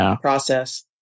process